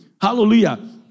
Hallelujah